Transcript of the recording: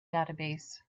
database